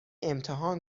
امتحان